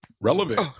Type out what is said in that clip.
relevant